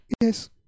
yes